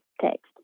text